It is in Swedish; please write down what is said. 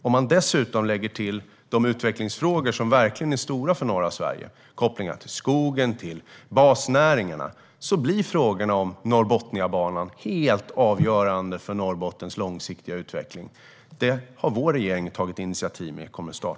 Om man dessutom lägger till de utvecklingsfrågor som verkligen är stora för norra Sverige - kopplingar till skogen, till basnäringarna - blir frågan om Norr-botniabanan helt avgörande för Norrbottens långsiktiga utveckling. Vår regering har tagit initiativ till att arbetet med den kommer att starta.